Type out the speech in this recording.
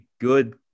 good